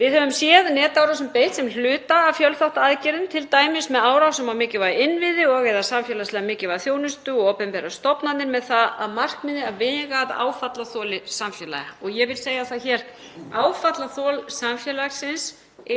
Við höfum séð netárásum beitt sem hluta af fjölþáttaaðgerðum, t.d. með árásum á mikilvæga innviði og/eða samfélagslega mikilvæga þjónustu og opinberar stofnanir með það að markmiði að vega að áfallaþoli samfélaga. Ég vil segja það hér að áfallaþol samfélagsins